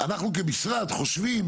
אנחנו כמשרד חושבים,